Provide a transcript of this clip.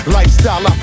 Lifestyle